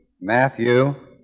Matthew